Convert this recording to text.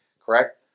correct